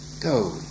Go